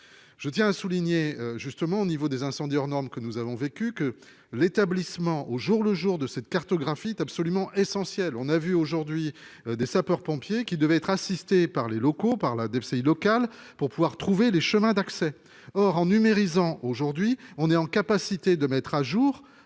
Je tiens à souligner justement au niveau des incendie hors-norme, que nous avons vécu que l'établissement au jour le jour de cette cartographie absolument essentiel, on a vu aujourd'hui des sapeurs-pompiers qui devait être assisté par les locaux par la DFCI local pour pouvoir trouver les chemins d'accès. Or en numérisant. Aujourd'hui on est en capacité de mettre à jour.